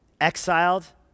exiled